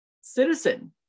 citizen